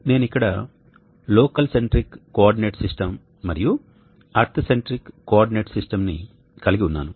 నేను ఇక్కడ local centric coordinate system మరియు ఎర్త్ సెంట్రిక్ కోఆర్డినేట్ సిస్టమ్ని కలిగి ఉన్నాను